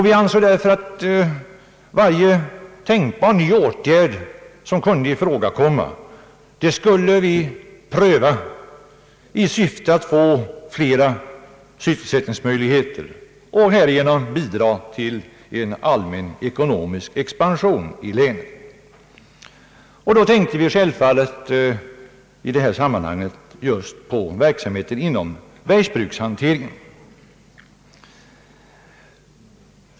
Vi ansåg att varje tänkbar ny åtgärd borde prövas i syfte att åstadkomma fler sysselsättningsmöjligheter och härigenom bidra till en allmän ekonomisk expansion i länet. Självfallet tänkte vi i det sammanhanget just på verksamheten inom bergsbruket.